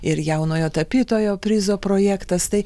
ir jaunojo tapytojo prizo projektas tai